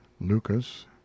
Lucas